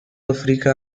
africa